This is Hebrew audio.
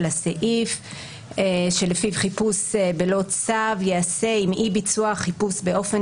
לסעיף שלפיו חיפוש בלא צו ייעשה אם אי ביצוע החיפוש באופן